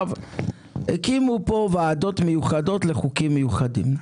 הקימו כאן ועדות מיוחדות לחוקים מיוחדים.